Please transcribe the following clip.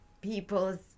people's